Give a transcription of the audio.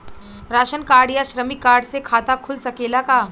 Ration card या श्रमिक card से खाता खुल सकेला का?